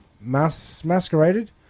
masqueraded